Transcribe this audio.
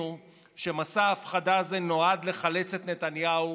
שמסע ההפחדה הזה נועד לחלץ את נתניהו